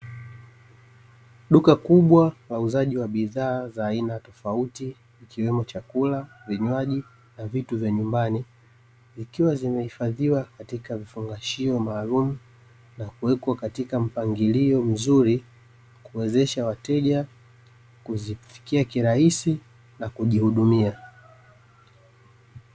Duka kubwa wauzaji wa bidhaa za aina tofauti ikiwemo chakula, vinywaji na vitu vya nyumbani ikiwa zimehifadhiwa katika vifungashio maalum na kuwekwa katika mpangilio mzuri kuwezesha wateja kuzifikia kirahisi na kujihudumia.